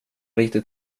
lite